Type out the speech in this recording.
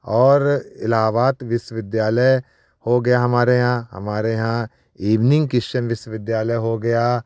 और इलाहाबाद विश्वविद्यालय हो गया हमारे यहाँ हमारे यहाँ ईवनिंग किश्चन विश्वविद्यालय हो गया